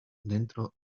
dentro